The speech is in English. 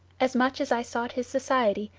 as much as i sought his society,